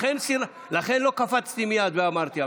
לכן לא קפצתי מייד ואמרתי.